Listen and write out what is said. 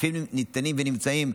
הכספים ניתנים ונמצאים,